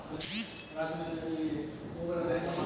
गांउर बुजुर्गक एन.पी.एस खाता मुफ्तत खुल छेक